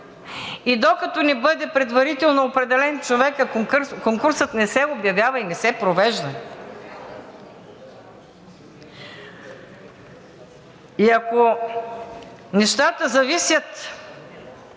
И докато не бъде предварително определен човекът, конкурсът не се обявява и не се провежда. И ако нещата зависят